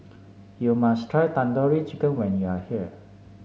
you must try Tandoori Chicken when you are here